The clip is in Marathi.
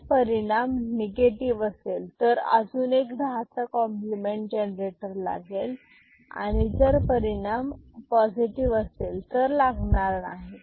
जर परिणाम निगेटिव असेल तर अजून एक दहा चा कॉम्प्लिमेंट जनरेटर लागेल आणि जर परिणाम पॉझिटिव्ह असेल तर लागणार नाही